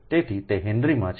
તેથી તે હેનરીમાં છે